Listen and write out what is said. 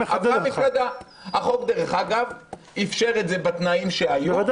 החוק אפשר את זה בתנאים שהיו.